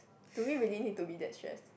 do we really need to be that stress